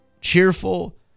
cheerful